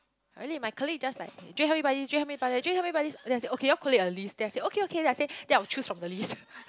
I did my colleague just like Jay help me buy this Jay help me buy that Jay help me buy this then I say okay you all collate a list then I said okay okay then I say that I will choose from the list